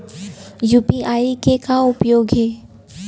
UPI के का उपयोग हे?